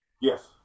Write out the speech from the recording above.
Yes